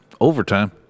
overtime